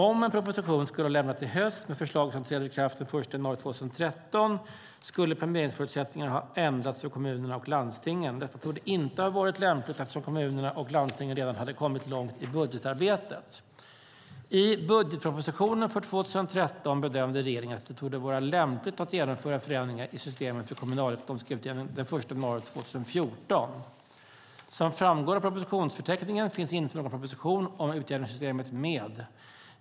Om en proposition skulle ha lämnats i höst med förslag som träder i kraft redan den 1 januari 2013 skulle planeringsförutsättningarna ha ändrats för kommunerna och landstingen. Detta torde inte ha varit lämpligt eftersom kommunerna och landstingen redan hade kommit långt i budgetarbetet. I budgetpropositionen för 2013 bedömde regeringen att det torde vara lämpligt att genomföra förändringarna i systemet för kommunalekonomisk utjämning den 1 januari 2014. Som framgår av propositionsförteckningen finns inte någon proposition om utjämningssystemet med.